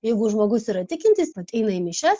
jeigu žmogus yra tikintis eina į mišias